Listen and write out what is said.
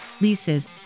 leases